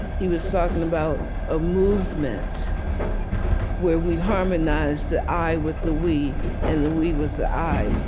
he was talking about a movement where we harmonized the i with the we and the we with the i.